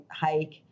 hike